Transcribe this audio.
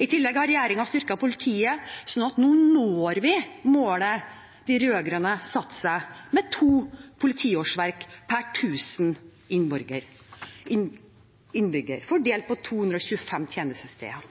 I tillegg har regjeringen styrket politiet slik at vi nå når målet de rød-grønne satte seg om to politiårsverk per tusen innbyggere fordelt på 225 tjenestesteder.